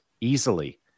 easily